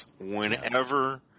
whenever